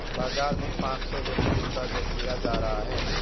बाजार में पांच सौ व्यक्तियों का जखीरा जा रहा है